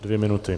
Dvě minuty.